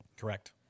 Correct